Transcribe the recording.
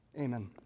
Amen